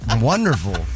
wonderful